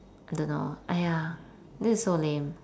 I don't know !aiya! this is so lame